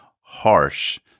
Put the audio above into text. harsh